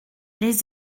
les